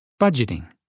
Budgeting